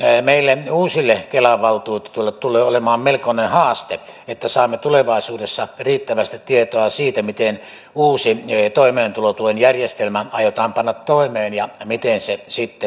meille uusille kelan valtuutetuille tulee olemaan melkoinen haaste että saamme tulevaisuudessa riittävästi tietoa siitä miten uusi toimeentulotuen järjestelmä aiotaan panna toimeen ja miten se sitten toimii